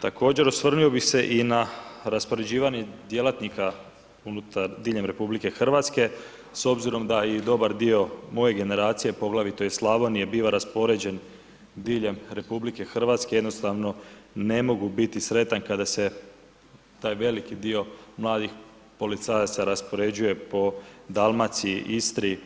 Također osvrnuo bi se i na raspoređivanje djelatnika unutar, diljem RH, s obzirom da i dobar dio moje generacije, poglavito iz Slavonije bio raspoređen diljem RH jednostavno ne mogu biti sretan kada se taj veliki dio mladih policajaca raspoređuje po Dalmaciji, Istri